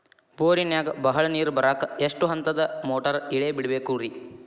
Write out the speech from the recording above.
ಬೋರಿನಾಗ ಬಹಳ ನೇರು ಬರಾಕ ಎಷ್ಟು ಹಂತದ ಮೋಟಾರ್ ಇಳೆ ಬಿಡಬೇಕು ರಿ?